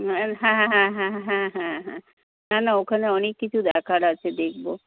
হ্যাঁ হ্যাঁ হ্যাঁ হ্যাঁ হ্যাঁ হ্যাঁ না না ওখানে অনেক কিছু দেখার আছে দেখব